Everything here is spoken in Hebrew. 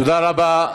תודה רבה.